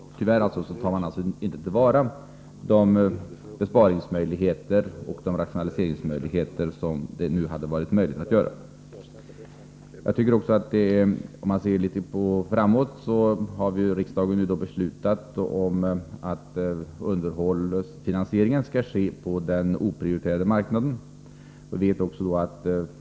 Man tar inte till vara de möjligheter till besparing och rationalisering som nu hade funnits. Om vi ser litet framåt, har riksdagen beslutat om att underhållsfinansieringen skall ske på den oprioriterade marknaden.